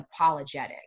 unapologetic